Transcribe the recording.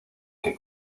que